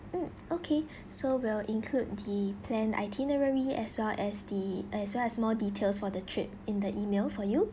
mm okay so will include the plan itinerary as well as the as well as more details for the trip in the email for you